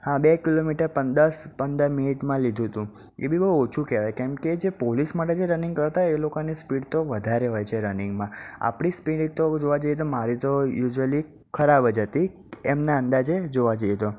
હા બે કિલોમીટર પણ દસ પંદર મિનિટમાં લીધું હતું એ બી બહુ ઓછું કહેવાય કેમ કે જે પોલીસ માટે જે રનિંગ કરતાં હોય એ લોકોની સ્પીડ તો વધારે હોય છે રનિંગમાં આપણી સ્પીડ એ તો જોવા જઈએ તો મારી તો યુઝવલી ખરાબ જ હતી તેમના અંદાજે જોવા જઈએ તો